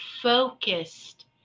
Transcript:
focused